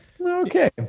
Okay